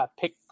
pick